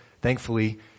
thankfully